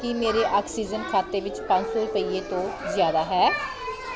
ਕੀ ਮੇਰੇ ਆਕਸੀਜਨ ਖਾਤੇ ਵਿੱਚ ਪੰਜ ਸੌ ਰੁਪਈਏ ਤੋਂ ਜ਼ਿਆਦਾ ਹੈ